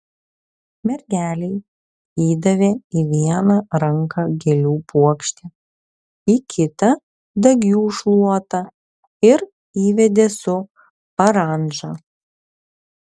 mergelei įdavė į vieną ranką gėlių puokštę į kitą dagių šluotą ir įvedė su parandža